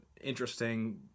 interesting